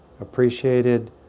appreciated